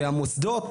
והמוסדות